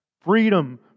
Freedom